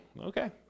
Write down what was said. Okay